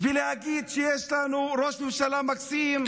ולהגיד שיש לנו ראש ממשלה מקסים,